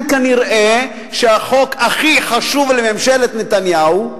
כן, כנראה החוק הכי חשוב לממשלת נתניהו,